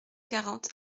quarante